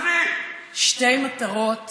זה נקרא לעשות השוואה, שתי מטרות